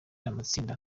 amatsinda